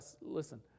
listen